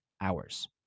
hours